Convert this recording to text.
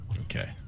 Okay